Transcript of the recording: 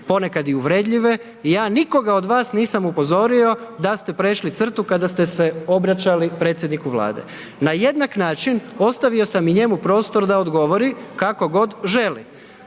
ponekad i uvredljive i ja nikoga od vas nisam upozorio da ste prešli crtu kada ste se obraćali predsjedniku Vlade. Na jednak način, ostavio sam i njemu prostor da odgovori kako god želi.